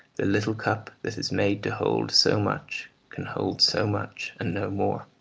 the little cup that is made to hold so much can hold so much and no more,